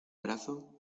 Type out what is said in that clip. brazo